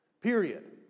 period